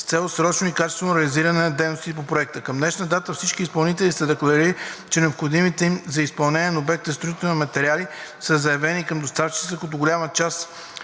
с цел срочно и качествено реализиране на дейностите по проекта; – към днешна дата всички изпълнители са декларирали, че необходимите им за изпълнение на обектите строителни материали са заявени към доставчиците, като голяма част